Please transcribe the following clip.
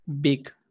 big